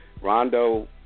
Rondo